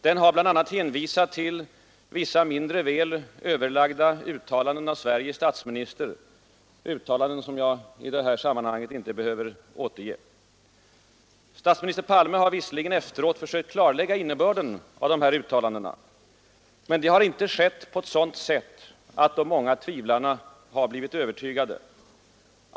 Den har bl.a. hänvisat till vissa mindre väl övervägda uttalanden av Sveriges statsminister, vilka jag i detta sammanhang knappast behöver återge. Statsminister Palme har visserligen efteråt sökt klarlägga innebörden av dessa uttalanden. Men det har inte skett på ett sådant sätt, att de många tvivlarna blivit övertygade.